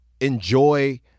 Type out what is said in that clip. enjoy